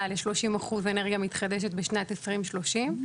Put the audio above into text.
ל-30 אחוזי אנרגיה מתחדשת בשנת 2030,